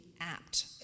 apt